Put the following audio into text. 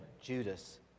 Judas